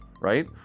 right